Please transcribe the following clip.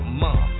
mom